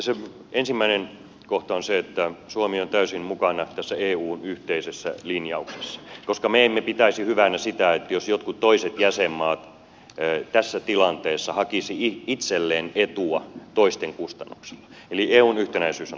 tässä ensimmäinen kohta on se että suomi on täysin mukana tässä eun yhteisessä linjauksessa koska me emme pitäisi hyvänä sitä jos jotkut toiset jäsenmaat tässä tilanteessa hakisivat itselleen etua toisten kustannuksella eli eun yhtenäisyys on tärkeää